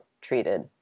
treated